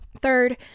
Third